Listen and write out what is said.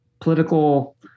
political